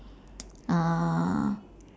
uh